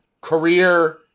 Career